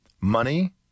Money